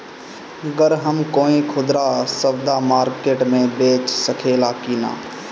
गर हम कोई खुदरा सवदा मारकेट मे बेच सखेला कि न?